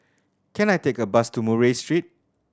can I take a bus to Murray Street